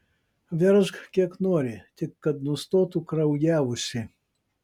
veržk kiek nori tik kad nustotų kraujavusi